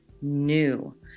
new